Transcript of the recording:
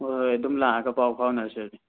ꯍꯣꯏ ꯍꯣꯏ ꯑꯗꯨꯝ ꯂꯥꯛꯑꯒ ꯄꯥꯎ ꯐꯥꯎꯅꯔꯁꯤ ꯑꯗꯨꯗꯤ